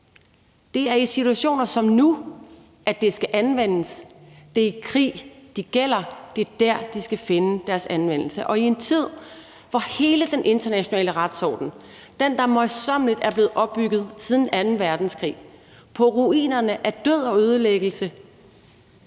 Det er i situationer som nu, at de skal anvendes. Det er i krig, de gælder – det er der, de skal finde deres anvendelse – og i en tid, hvor hele den internationale retsorden, den, der møjsommeligt er blevet opbygget siden anden verdenskrig på ruinerne af død og ødelæggelse,